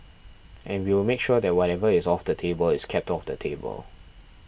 and we will make sure that whatever is off the table is kept off the table